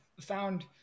found